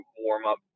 warm-up